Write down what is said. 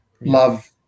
love